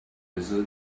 desert